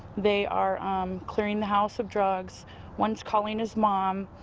they are um clearing the house of drugs one is calling his mom.